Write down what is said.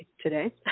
today